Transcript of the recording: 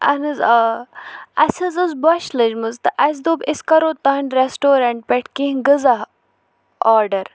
اہَن حظ آ اَسہِ حظ اوس بۄچھِ لٔجمٕژ تہٕ اَسہِ دوٚپ أسۍ کَرو تُہٕنٛد ریسٹورینٛٹ پٮ۪ٹھ کینٛہہ غذا آرڈر